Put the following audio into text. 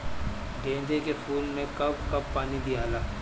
गेंदे के फूल मे कब कब पानी दियाला?